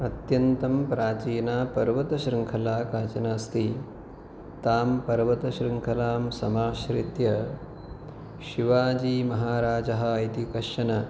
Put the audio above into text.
अत्यन्तं प्राचीना पर्वतशृङ्खला काचन अस्ति तां पर्वतशृङ्खलां समाश्रित्य शिवाजीमहाराजः इति कश्चन